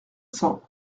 cents